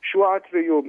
šiuo atveju